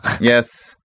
Yes